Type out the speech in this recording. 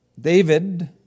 David